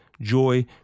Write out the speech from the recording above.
joy